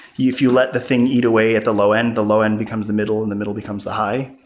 if you let the thing eat away at the low-end, the low-end becomes the middle and the middle becomes the high.